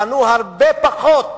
בנו הרבה פחות.